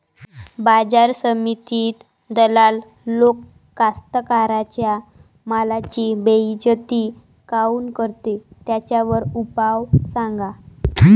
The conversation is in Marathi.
बाजार समितीत दलाल लोक कास्ताकाराच्या मालाची बेइज्जती काऊन करते? त्याच्यावर उपाव सांगा